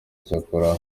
icyakora